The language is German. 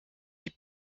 die